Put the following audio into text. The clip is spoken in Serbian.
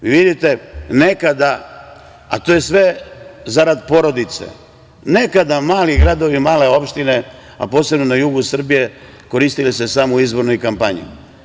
Vidite, nekada, a to je sve zarad porodice, nekada mali gradovi, male opštine, a posebno na jugu Srbije su se koristile samo u izbornoj kampanji.